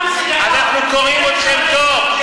אנחנו קוראים אתכם טוב.